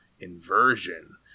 inversion